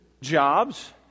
jobs